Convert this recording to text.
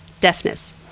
Deafness